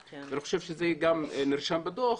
ואני חושב שזה גם נרשם בדו"ח,